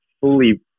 fully